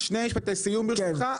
שני משפטי סיום ברשותך,